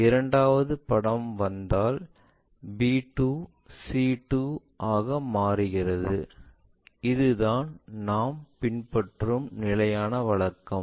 இரண்டாவது படம் வந்தால் b 2 c 2 ஆக மாறுகிறது அதுதான் நாம் பின்பற்றும் நிலையான வழக்கம்